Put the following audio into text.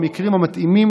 במקרים המתאימים,